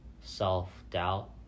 self-doubt